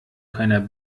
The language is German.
keiner